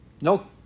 No